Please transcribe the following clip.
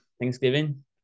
thanksgiving